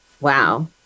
Wow